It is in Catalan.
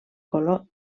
color